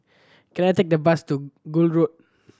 can I take the bus to Gul Road